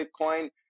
Bitcoin